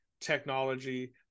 technology